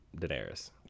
Daenerys